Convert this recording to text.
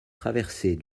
traversée